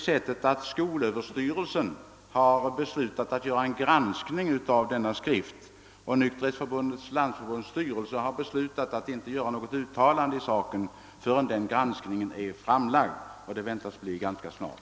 Skolöverstyrelsen har beslutat att göra en granskning av skriften, och Nykterhetsvännernas landsförbunds styrelse har beslutat att inte göra något uttalande i saken, förrän resultatet av den granskningen är framlagt, vilket väntas ske ganska snart.